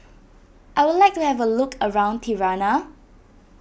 I would like to have a look around Tirana